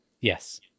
Yes